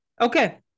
Okay